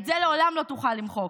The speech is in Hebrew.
את זה לעולם לא תוכל למחוק.